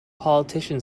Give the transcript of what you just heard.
politician